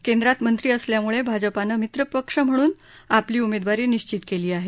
केंद्रात मंत्री असल्यामुळे भाजपानं मित्रपक्ष म्हणून आपली उमेदवारी निश्चित केली आहे